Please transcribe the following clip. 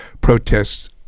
Protests